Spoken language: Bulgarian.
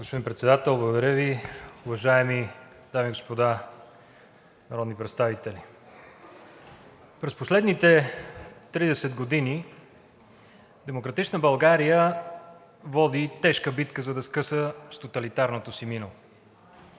Господин Председател, благодаря Ви. Уважаеми дами и господа народни представители! През последните тридесет години демократична България води тежка битка, за да скъса с тоталитарното си минало.